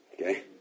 okay